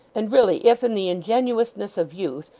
and really if in the ingenuousness of youth,